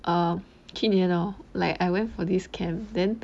um 去年 lor like I went for this camp then